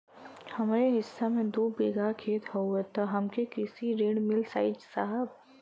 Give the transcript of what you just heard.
हमरे हिस्सा मे दू बिगहा खेत हउए त हमके कृषि ऋण मिल जाई साहब?